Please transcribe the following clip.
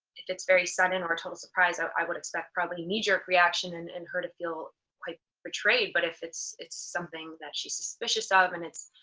if it's very sudden or a total surprise, i would expect probably knee-jerk reaction and and her to feel quite betrayed. but if it's it's something that she's suspicious ah of and it's